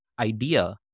idea